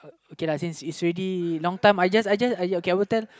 okay lah since it's already long I just I just okay I will tell